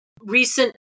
recent